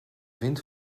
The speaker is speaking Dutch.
wind